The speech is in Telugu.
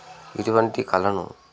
ఇటువంటి కళను